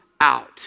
out